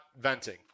venting